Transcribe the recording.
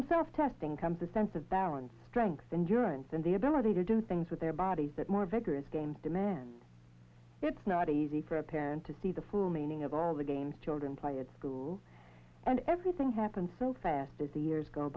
from self testing come to sense of balance strength and durrance and the ability to do things with their body that more vigorous games demand it's not easy for a parent to see the full meaning of all the games children play at school and everything happened so fast as the years go